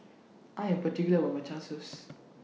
I Am particular about My Nachos